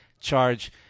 charge